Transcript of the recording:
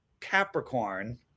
Capricorn